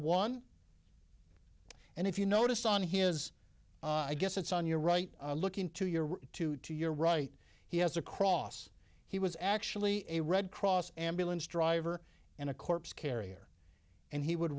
one and if you notice on his i guess it's on your right look into your tutu you're right he has a cross he was actually a red cross ambulance driver and a corpse carrier and he would